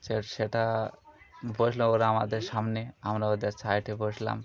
সে সেটা বসল ওরা আমাদের সামনে আমরা ওদের সাইডে বসলাম